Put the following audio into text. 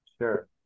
Sure